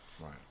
Right